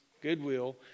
goodwill